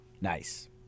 Nice